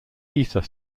ether